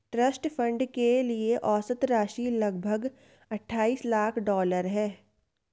trust fund के लिए औसत राशि लगभग अट्ठाईस लाख डॉलर है